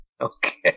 Okay